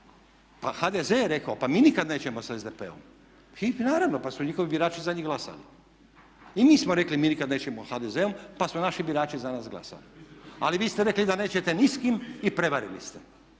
HDZ je rekao pa mi nikad nećemo sa SDP-om i naravno pa su njihovi birači za njih glasali. I mi smo rekli mi nikad nećemo sa HDZ-om pa su naši birači za nas glasali. Ali vi ste rekli da nećete ni s kime i prevarili ste.